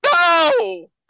No